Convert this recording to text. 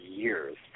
years